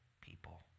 people